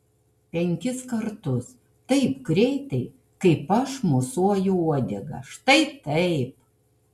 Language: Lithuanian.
penkis kartus taip greitai kaip aš mosuoju uodega štai taip